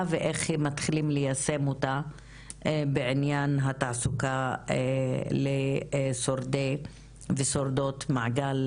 ואיך מתחילים ליישם אותה בעניין התעסוקה לשורדי ושורדות מעגל